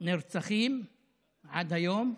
נרצחים עד היום,